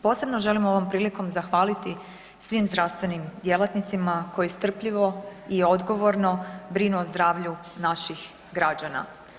Posebno ovom prilikom želim zahvaliti svim zdravstvenim djelatnicima koji strpljivo i odgovorno brinu o zdravlju naših građana.